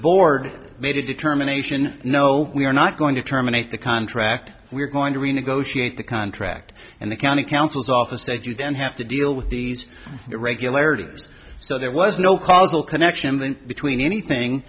board made a determination no we are not going to terminate the contract we're going to renegotiate the contract and the county counsel's office said you then have to deal with these irregularities so there was no causal connection between anything